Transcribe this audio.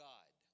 God